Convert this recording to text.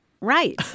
Right